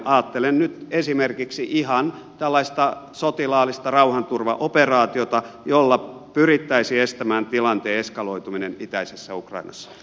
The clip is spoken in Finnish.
ajattelen nyt esimerkiksi ihan tällaista sotilaallista rauhanturvaoperaatiota jolla pyrittäisiin estämään tilanteen eskaloituminen itäisessä ukrainassa